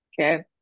Okay